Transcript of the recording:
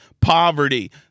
poverty